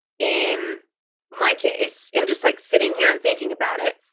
in my case, and just like sitting here and thinking about it.